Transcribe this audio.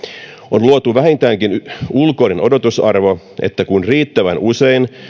on luotu vähintäänkin ulkoinen odotusarvo että kun riittävän usein